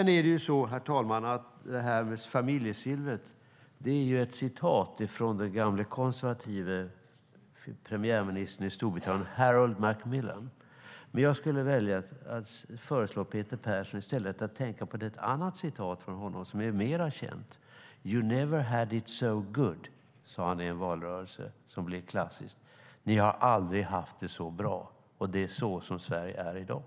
När det gäller familjesilvret, herr talman, är det ett citat av den gamle konservative premiärministern i Storbritannien Harold Macmillan. Jag skulle föreslå Peter Persson att i stället tänka på ett annat citat av Macmillan som är mer känt, något som han sade i en valrörelse och som blev klassiskt: You never had it so good. Ni har aldrig haft det så bra. Det är så Sverige är i dag.